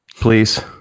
Please